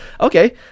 Okay